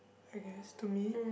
I guess to me